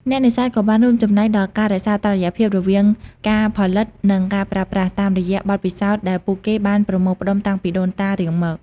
អ្នកនេសាទក៏បានរួមចំណែកក្នុងការរក្សាតុល្យភាពរវាងការផលិត និងការប្រើប្រាស់ តាមរយៈបទពិសោធន៍ដែលពួកគេបានប្រមូលផ្ដុំតាំងពីដូនតារៀងមក។